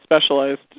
specialized